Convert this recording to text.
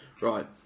Right